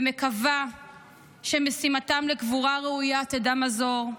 ומקווה שמשימתם לקבורה ראויה תדע מזור.